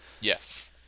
Yes